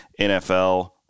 NFL